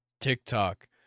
TikTok